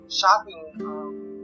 Shopping